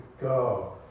go